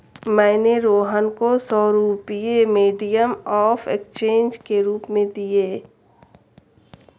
मैंने रोहन को सौ रुपए मीडियम ऑफ़ एक्सचेंज के रूप में दिए